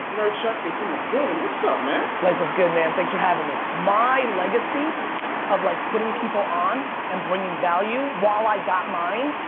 vaynerchuk is in the building. what's up man? life is good man, thanks for havin' me. my legacy of like putting people on and bringing value while i got mine,